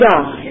God